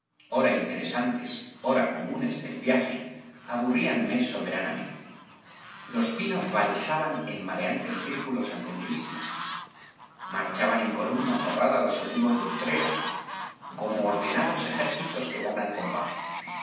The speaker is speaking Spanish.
ora interesantes ora comunes del viaje aburríanme soberanamente los pinos valsaban en mareantes círculos ante mi vista marchaban en columna cerrada los olivos de utrera como ordenados ejércitos que van al combate